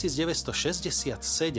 1967